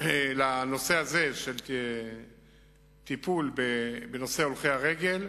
לנושא הטיפול בנושא של הולכי רגל,